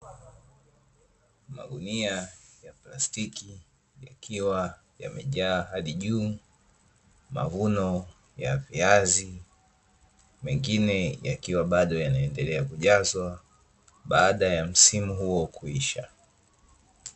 Magunia ya plastiki yakiwa yamejaa hadi juu mavuno ya viazi, mengine yakiwa bado yanaendelea kujazwa, baada ya msimu huo kuisha.